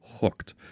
hooked